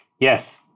Yes